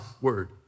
word